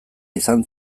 izan